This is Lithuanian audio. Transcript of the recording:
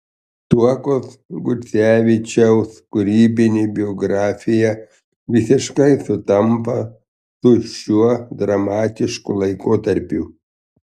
stuokos gucevičiaus kūrybinė biografija visiškai sutampa su šiuo dramatišku laikotarpiu